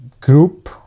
group